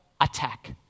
attack